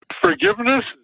Forgiveness